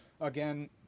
Again